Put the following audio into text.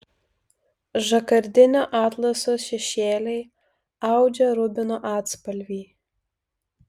žakardinio atlaso šešėliai audžia rubino atspalvį